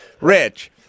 Rich